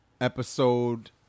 episode